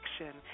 action